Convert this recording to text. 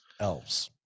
elves